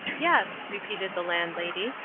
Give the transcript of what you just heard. yes, repeated the landlady,